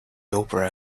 opera